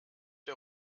der